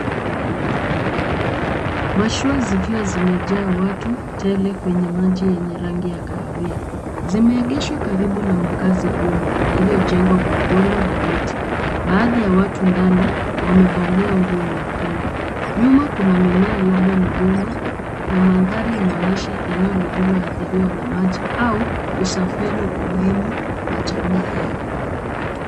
Mashua zikiwa zimejaa watu tele kwenye maji yenye rangi ya kahawia, zimeegeshwa karibu na makazi duni yaliyojengwa kwa udongo na miti. Baadhi ya watu ndani wamevalia nguo nyekundu. Nyuma kuna mimea labda migomba na mandhari inaonyesha eneo lililoadhiriwa na maji au usafiri muhimu wa jamii hiyo.